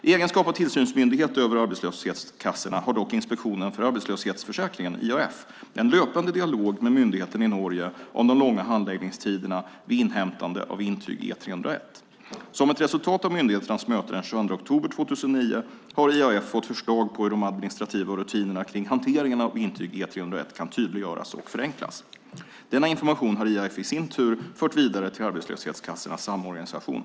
I egenskap av tillsynsmyndighet över arbetslöshetskassorna har dock Inspektionen för arbetslöshetsförsäkringen, IAF, en löpande dialog med myndigheten i Norge om de långa handläggningstiderna vid inhämtande av intyg E301. Som ett resultat av myndigheternas möte den 22 oktober 2009 har IAF fått förslag på hur de administrativa rutinerna kring hanteringen av intyg E301 kan tydliggöras och förenklas. Denna information har IAF i sin tur fört vidare till Arbetslöshetskassornas samorganisation .